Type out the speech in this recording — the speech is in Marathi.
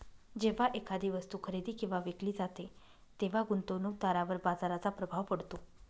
जेव्हा एखादी वस्तू खरेदी किंवा विकली जाते तेव्हा गुंतवणूकदारावर बाजाराचा प्रभाव पडतो